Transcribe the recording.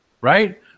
Right